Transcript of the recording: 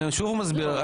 אני שוב מסביר.